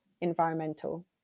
environmental